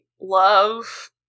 love